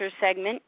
segment